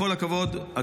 בכל הכבוד,